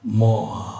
more